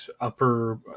upper